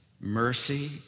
mercy